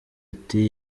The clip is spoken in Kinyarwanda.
ati